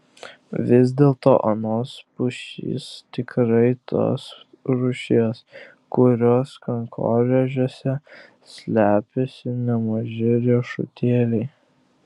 vis dėlto anos pušys tikrai tos rūšies kurios kankorėžiuose slepiasi nemaži riešutėliai